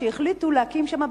שהחליטו להקים שם,